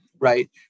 right